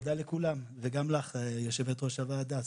ותודה לכולם, וגם לך, יושבת ראש הוועדה סילמן.